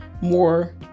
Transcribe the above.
more